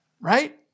right